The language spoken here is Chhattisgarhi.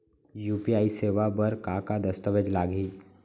यू.पी.आई सेवा बर का का दस्तावेज लागही?